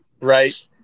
right